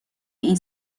این